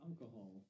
alcohol